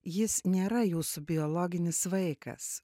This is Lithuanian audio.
jis nėra jūsų biologinis vaikas